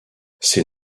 ses